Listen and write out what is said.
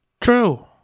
True